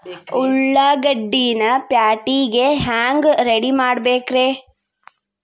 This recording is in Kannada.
ಉಳ್ಳಾಗಡ್ಡಿನ ಪ್ಯಾಟಿಗೆ ಹ್ಯಾಂಗ ರೆಡಿಮಾಡಬೇಕ್ರೇ?